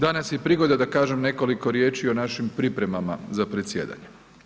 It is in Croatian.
Danas je prigoda da kažem nekoliko riječi i o našim pripremama za predsjedanje.